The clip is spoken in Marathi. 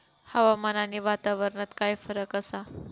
हवामान आणि वातावरणात काय फरक असा?